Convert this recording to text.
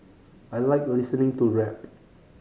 I like listening to rap